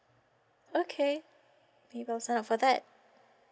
okay sign up for that